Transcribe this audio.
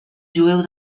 jueu